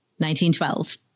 1912